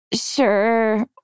sure